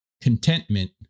contentment